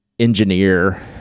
engineer